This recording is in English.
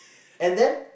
and then